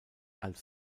als